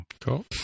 Cool